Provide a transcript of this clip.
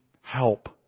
help